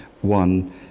one